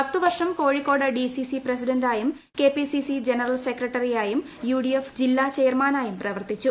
പത്ത് വർഷം കോഴിക്കോട് ഡിസിസി പ്രസിഡന്റായും K P C C general സെക്രട്ടറിയായും യു ഡി എഫ് ജില്ലാ ചെയർമാനായും പ്രവർത്തിച്ചു